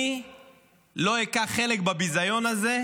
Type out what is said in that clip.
אני לא אקח חלק בביזיון הזה,